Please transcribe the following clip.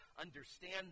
understand